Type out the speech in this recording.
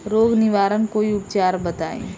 रोग निवारन कोई उपचार बताई?